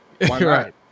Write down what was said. right